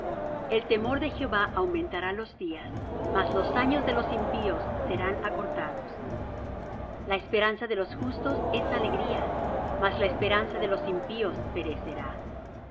el temor de jehová aumentará los días mas los años de los impíos serán acortados la esperanza de los justos es alegría mas la esperanza de los impíos perecerá